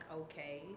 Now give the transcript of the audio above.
okay